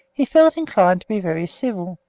he felt inclined to be very civil,